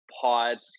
pods